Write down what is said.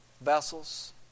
vessels